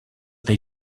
they